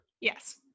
Yes